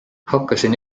hakkasin